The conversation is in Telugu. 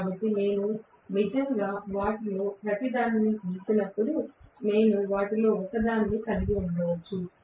కాబట్టి నేను నిజంగా వాటిలో ప్రతిదానిని గీసినప్పుడు నేను వాటిలో ఒకదాన్ని కలిగి ఉండవచ్చు